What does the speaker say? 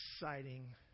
exciting